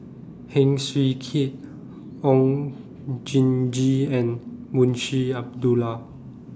Heng Swee Keat Oon Jin Gee and Munshi Abdullah